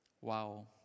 wow